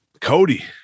cody